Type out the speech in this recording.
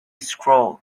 scroll